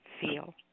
feel